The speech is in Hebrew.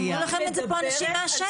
אומרים לכם את זה פה אנשים מהשטח.